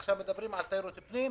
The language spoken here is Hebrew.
עכשיו מדברים על תיירות פנים.